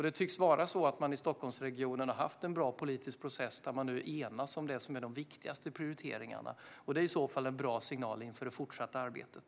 Det tycks vara så att man i Stockholmsregionen har haft en bra politisk process där man nu enas om vad som är de viktigaste prioriteringarna. Det är i så fall en bra signal inför det fortsatta arbetet.